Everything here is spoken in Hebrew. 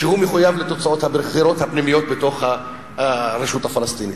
שהוא מחויב לתוצאות הבחירות הפנימיות ברשות הפלסטינית.